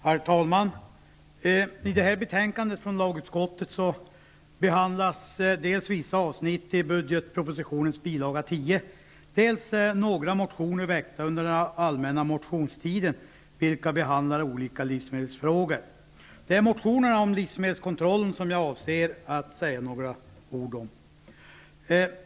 Herr talman! I detta betänkande från lagutskottet behandlas dels vissa avsnitt i budgetpropositionens bil. 10, dels några motioner väckta under allmänna motionstiden vilka behandlar olika livsmedelsfrågor. Det är motionerna om livsmedelskontrollen som jag avser att säga några ord om.